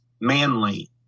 manly